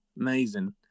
amazing